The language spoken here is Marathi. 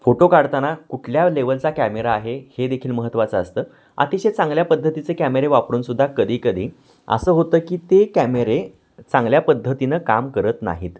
फोटो काढताना कुठल्या लेवलचा कॅमेरा आहे हे देखील महत्त्वाचं असतं अतिशय चांगल्या पद्धतीचे कॅमेरे वापरूनसुद्धा कधीकधी असं होतं की ते कॅमेरे चांगल्या पद्धतीनं काम करत नाहीत